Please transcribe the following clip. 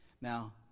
now